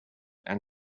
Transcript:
and